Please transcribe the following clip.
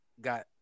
got